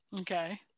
Okay